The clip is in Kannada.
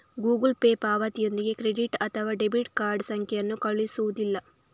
ಗೂಗಲ್ ಪೇ ಪಾವತಿಯೊಂದಿಗೆ ಕ್ರೆಡಿಟ್ ಅಥವಾ ಡೆಬಿಟ್ ಕಾರ್ಡ್ ಸಂಖ್ಯೆಯನ್ನು ಕಳುಹಿಸುವುದಿಲ್ಲ